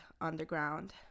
underground